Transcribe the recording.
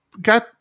got